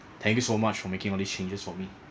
thank you so much for making all these changes for me